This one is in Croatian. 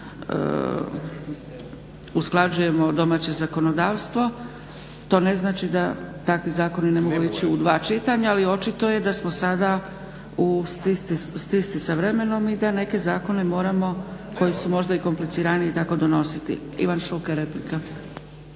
usklađujemo domaće zakonodavstvo. To ne znači da takvi zakoni ne mogu ići u dva čitanja ali očito je da smo sada u stisci sa vremenom i da neke zakone moramo koji su možda i kompliciraniji tako donositi. Ivan Šuker replika.